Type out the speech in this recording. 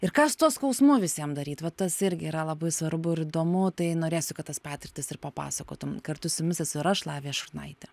ir ką su tuo skausmu visiem daryt vat as irgi yra labai svarbu ir įdomu tai norėsiu kad tas patirtis ir papasakotum kartu su jumis esu ir aš lavija šurnaitė